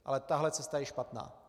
Ale tahle cesta je špatná.